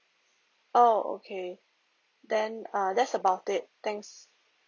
oh okay then err that's about it thanks